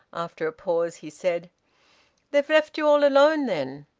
after a pause he said they've left you all alone, then?